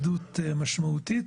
להתמודדות משמעותית,